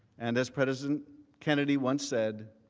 and as president kennedy once said,